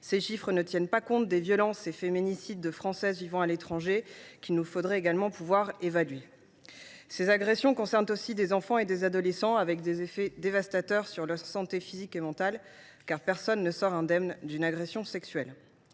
Ces chiffres ne tiennent pas compte des violences et des féminicides contre les Françaises vivant à l’étranger. Il nous faudrait également les évaluer. Ces agressions concernent aussi des enfants et des adolescents. Les effets sont dévastateurs sur la santé physique et mentale de ces derniers, car personne ne sort indemne d’une agression sexuelle.